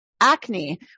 acne